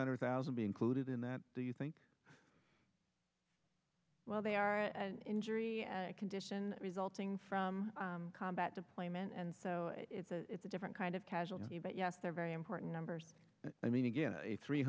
hundred thousand be included in that do you think well they are an injury condition resulting from combat deployment and so it's a it's a different kind of casualty but yes they're very important numbers i mean again a three